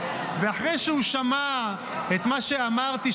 ואחרי שהוא שמע את מה שאמרתי,